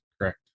Correct